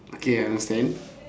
okay I understand